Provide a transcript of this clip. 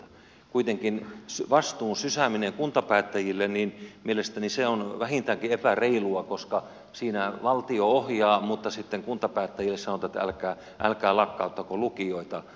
kuitenkin vastuun sysääminen kuntapäättäjille mielestäni on vähintäänkin epäreilua koska siinähän valtio ohjaa mutta sitten kuntapäättäjille sanotaan että älkää lakkauttako lukioita